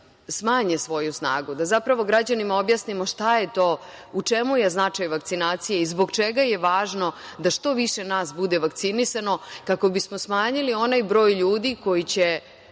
smanje svoju snagu, da zapravo građanima objasnimo šta je to i u čemu je značaj vakcinacije i zbog čega je važno da što više nas bude vakcinisano kako bismo smanjili onaj broj ljudi koji će